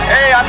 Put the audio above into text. Hey